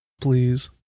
please